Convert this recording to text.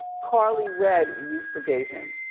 karlie redd used to date him.